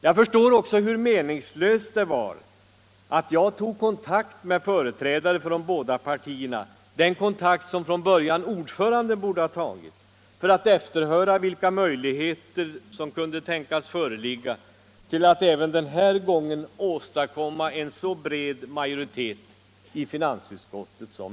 Jag förstår också hur meningslöst det var att jag tog kontakt med företrädare för de båda partierna, den kontakt som från början utskottets ordförande borde ha tagit, för att efterhöra vilka möjligheter som kunde tänkas föreligga till att även denna gång åstadkomma en så bred majoritet som möjligt i finansutskottet.